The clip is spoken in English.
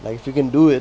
like if you can do it